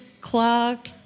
clock